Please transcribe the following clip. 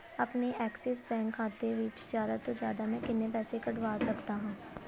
ਆਪਣੇ Axis bank ਖਾਤੇ ਵਿੱਚ ਜ਼ਿਆਦਾ ਤੋਂ ਜ਼ਿਆਦਾ ਮੈਂ ਕਿੰਨੇ ਪੈਸੇ ਕੱਢਵਾ ਸਕਦਾ ਹਾਂ